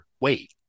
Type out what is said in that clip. wait